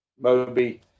Moby